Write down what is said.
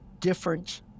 different